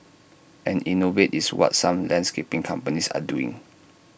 and innovate is what some landscaping companies are doing